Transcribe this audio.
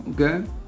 Okay